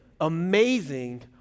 amazing